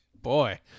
Boy